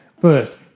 first